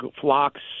flocks